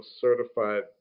certified